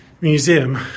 museum